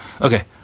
Okay